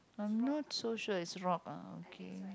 I'm not so sure is rock ah okay